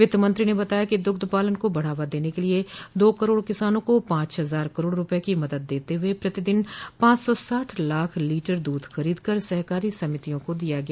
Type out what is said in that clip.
वित्त मंत्री ने बताया कि द्ग्ध पालन को बढ़ावा देने के लिये दो करोड़ किसानों को पांच हजार करोड़ रूपये की मदद देते हुए प्रतिदिन पांच सौ साठ लाख लीटर दूध खरीद कर सहकारी समितियों को दिया गया